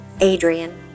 Adrian